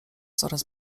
coraz